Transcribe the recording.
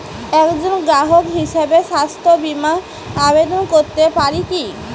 একজন গ্রাহক হিসাবে স্বাস্থ্য বিমার আবেদন করতে পারি কি?